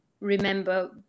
remember